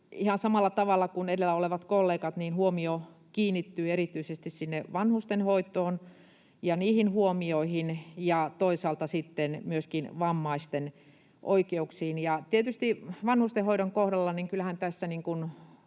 samalla tavalla kuin edellä olleilla kollegoilla, huomio kiinnittyy erityisesti sinne vanhustenhoitoon ja niihin huomioihin ja toisaalta sitten myöskin vammaisten oikeuksiin. Kyllähän tietysti vanhustenhoidon kohdalla